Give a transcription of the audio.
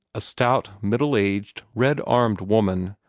a stout, middle-aged, red-armed woman,